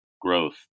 growth